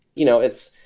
you know, it's